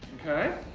okay.